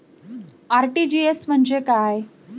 RTGS म्हणजे काय?